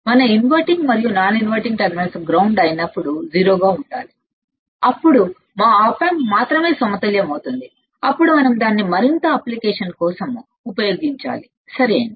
మన ఇన్వర్టింగ్ మరియు non inverting terminals ground అయినప్పుడు 0 గా ఉండాలి అప్పుడు మా ఆప్ ఆంప్ మాత్రమే సమతుల్యమవుతుంది అప్పుడు మనం దానిని మరింత అప్లికేషన్ కోసం ఉపయోగించాలి సరియైనది